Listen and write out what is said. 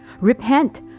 Repent